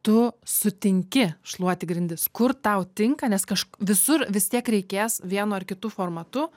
tu sutinki šluoti grindis kur tau tinka nes kaž visur vis tiek reikės vienu ar kitu formatu